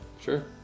Sure